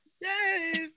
yes